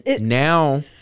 Now